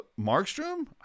Markstrom